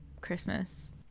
Christmas